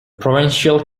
provincial